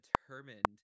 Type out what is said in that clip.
determined